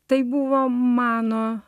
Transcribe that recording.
tai buvo mano